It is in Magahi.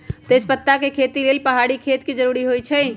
तजपत्ता के खेती लेल पहाड़ी खेत के जरूरी होइ छै